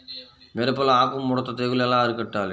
మిరపలో ఆకు ముడత తెగులు ఎలా అరికట్టాలి?